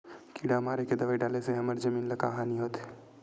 किड़ा मारे के दवाई डाले से हमर जमीन ल का हानि होथे?